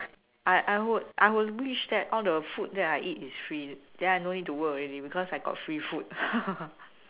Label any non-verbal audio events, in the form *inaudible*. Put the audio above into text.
I I would I would wish that all the food that I eat is free then I don't need to work already because I got free food *laughs*